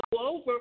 over